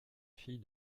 fille